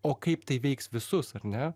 o kaip tai veiks visus ar ne